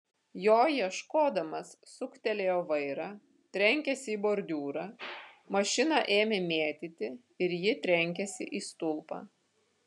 jo ieškodamas suktelėjo vairą trenkėsi į bordiūrą mašiną ėmė mėtyti ir ji trenkėsi į stulpą